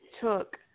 took